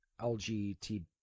LGBT